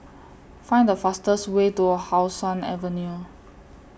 Find The fastest Way to How Sun Avenue